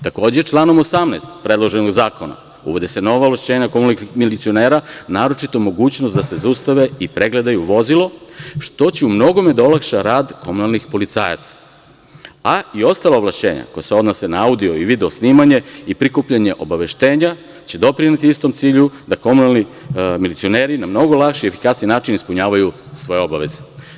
Takođe, članom 18. predloženog zakona uvode se nova ovlašćenja komunalnih milicionera, naročito mogućnost da se zaustave i pregledaju vozila, što će u mnogome da olakša rad komunalnih policajaca, a i ostala ovlašćenja koja se odnose na audio i video snimanje i prikupljanje obaveštenja će doprineti istom cilju, da komunalni milicioneri na mnogo lakši i efikasniji način ispunjavaju svoje obaveze.